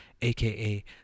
aka